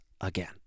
again